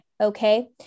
Okay